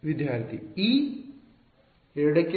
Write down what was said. ವಿದ್ಯಾರ್ಥಿ e 2 ಕ್ಕೆ ಸಮ